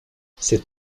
cette